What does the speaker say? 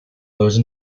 those